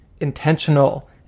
intentional